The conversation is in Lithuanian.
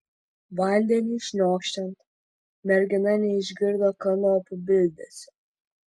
vandeniui šniokščiant mergina neišgirdo kanopų bildesio